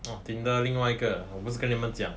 Tinder 另外一个我不是跟你们讲